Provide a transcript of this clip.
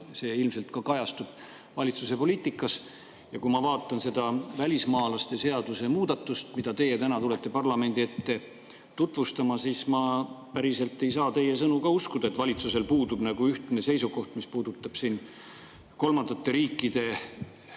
see ilmselt kajastub ka valitsuse poliitikas. Kui ma vaatan välismaalaste seaduse muudatust, mida teie tulete täna parlamendi ette tutvustama, siis ma päriselt ei saa teie sõnu uskuda, et valitsusel puudub ühtne seisukoht, mis puudutab kolmandatest riikidest